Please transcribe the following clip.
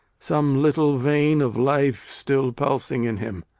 some little vein of life still pulsing in him.